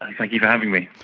thank you for having me.